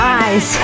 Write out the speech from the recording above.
eyes